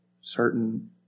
certain